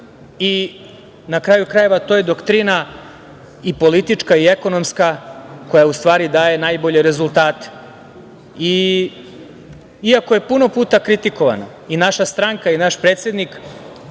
i, na kraju krajeva, to je doktrina, i politička i ekonomska, koja u stvari daje najbolje rezultate. Iako su puno puta kritikovani i naša stranka i naš predsednik,